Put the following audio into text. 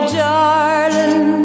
darling